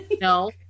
no